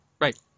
Right